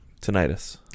Tinnitus